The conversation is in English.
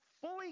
fully